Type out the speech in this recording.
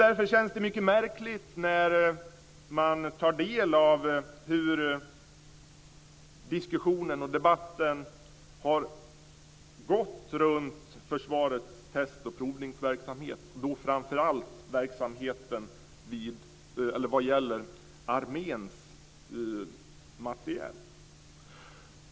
Därför känns det mycket märkligt när man tar del av hur diskussionen och debatten har förts runt försvarets test och provningsverksamhet. Jag tänker då framför allt på verksamheten vad gäller arméns materiel.